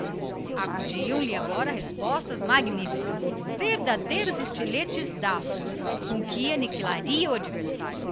futilidade assistiam lhe agora respostas magníficas verdadeiros raios de lógica com que fulminaria o adversário